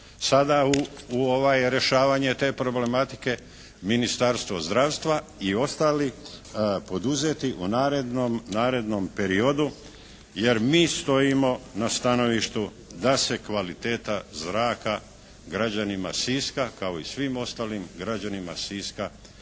sada u rješavanje te problematike, Ministarstvo zdravstva i ostali poduzeti u narednom periodu, jer mi stojimo na stanovištu da se kvaliteta zraka građanima Siska, kao i svim ostalim građanima Siska treba